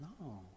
No